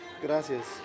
Gracias